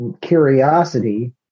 curiosity